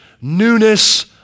newness